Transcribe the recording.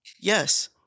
Yes